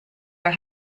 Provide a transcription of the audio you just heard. are